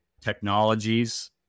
technologies